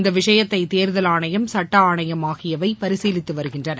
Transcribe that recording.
இந்த விஷயத்தை தேரதல் ஆணையம் சுட்ட ஆணையம் ஆகியவை பரிசீலித்து வருகின்றன